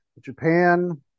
Japan